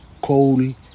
coal